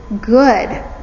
good